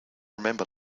remember